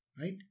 right